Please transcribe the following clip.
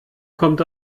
kommt